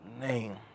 name